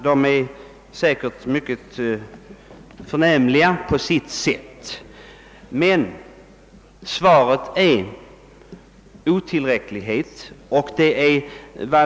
De är säkert mycket förnämliga på sitt sätt, men de är otillräckliga.